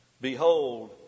Behold